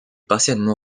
partiellement